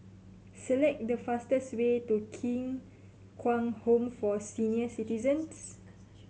select the fastest way to King Kwang Home for Senior Citizens